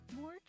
More